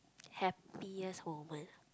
happiest moment ah